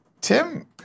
Tim